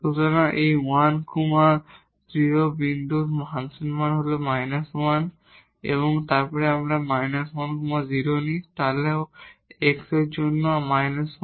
সুতরাং এই 10 বিন্দুর ফাংশন মান হল −1 এখানে আমরা −10 নিই তাই x এর জন্য −1